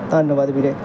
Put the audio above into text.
ਧੰਨਵਾਦ ਵੀਰੇ